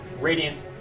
radiant